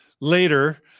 later